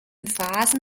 phasen